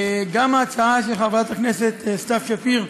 גם ההצעה של חברת הכנסת סתיו שפיר,